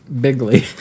Bigly